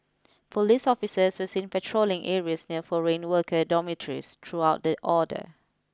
police officers were seen patrolling areas near foreign worker dormitories throughout the all day